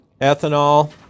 Ethanol